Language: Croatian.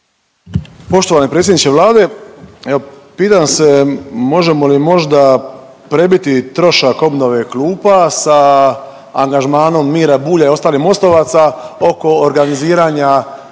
Poštovani predsjedniče Vlade, evo, pitam se možemo li možda prebiti trošak obnove klupa sa angažmanom Mira Bulja i ostalih mostovaca oko organiziranja